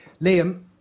Liam